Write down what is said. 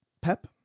Pep